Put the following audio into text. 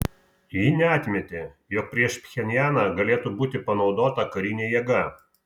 ji neatmetė jog prieš pchenjaną galėtų būti panaudota karinė jėga